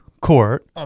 court